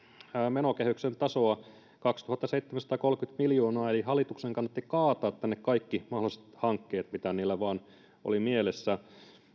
menokehyksen tasoa kaksituhattaseitsemänsataakolmekymmentä miljoonaa eli hallituksen kannatti kaataa tänne kaikki mahdolliset hankkeet mitä niillä vain oli mielessä